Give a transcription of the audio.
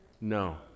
No